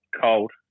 cold